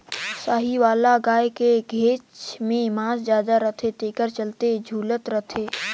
साहीवाल गाय के घेंच में मांस जादा रथे तेखर चलते झूलत रथे